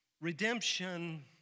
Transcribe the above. Redemption